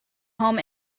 home